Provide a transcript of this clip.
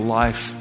life